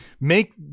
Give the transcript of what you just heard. make